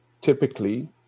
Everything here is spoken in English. typically